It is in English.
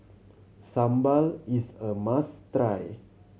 sambal is a must try